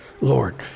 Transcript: Lord